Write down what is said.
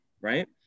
right